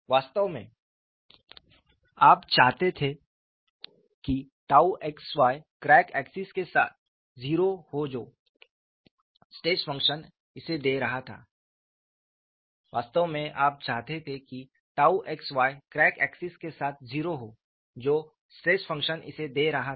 वास्तव में आप चाहते थे कि xy क्रैक एक्सिस के साथ 0 हो जो स्ट्रेस फंक्शन इसे दे रहा था